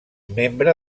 membre